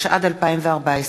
התשע"ד 2014,